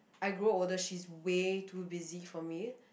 I grow older she's way too busy for me